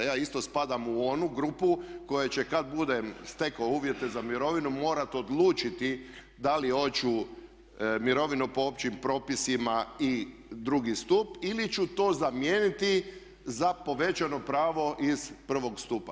Ja isto spadam u onu grupu koja će kada budem stekao uvjete za mirovinu morati odlučiti da li hoću mirovinu po općim propisima i drugi stup ili ću to zamijeniti za povećano pravo iz prvog stupa.